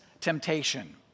temptation